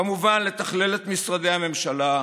כמובן לתכלל את משרדי הממשלה,